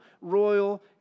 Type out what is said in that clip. royal